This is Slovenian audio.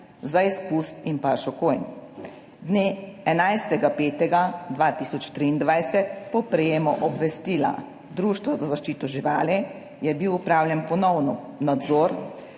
za izpust in pašo konj. Dne 11. 5. 2023 po prejemu obvestila Društvo za zaščito živali je bil opravljen ponovno nadzor,